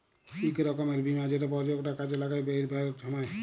ইক রকমের বীমা যেট পর্যটকরা কাজে লাগায় বেইরহাবার ছময়